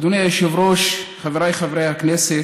אדוני היושב-ראש, חבריי חברי הכנסת,